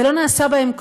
ולא נעשה בהם כלום.